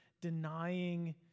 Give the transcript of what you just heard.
denying